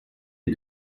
est